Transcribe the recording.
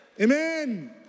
Amen